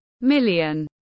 million